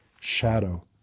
shadow